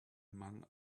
among